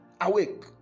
awake